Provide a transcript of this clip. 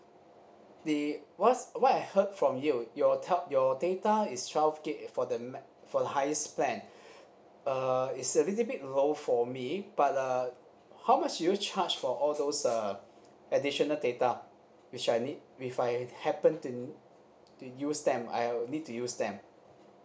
the what's what I heard from you your tel~ your data is twelve gig for the ma~ for the highest plan uh is a little bit low for me but uh how much do you charge for all those uh additional data which I need if I happen to to use them I will need to use them